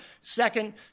Second